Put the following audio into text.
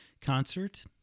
concert